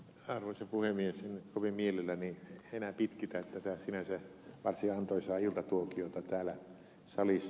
en nyt kovin mielelläni enää pitkitä tätä sinänsä varsin antoisaa iltatuokiota täällä salissa